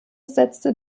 setzte